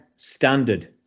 Standard